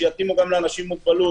שיתאימו גם לאנשים עם מוגבלות.